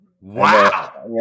Wow